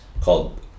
called